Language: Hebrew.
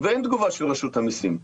ואין תגובה של רשות המיסים.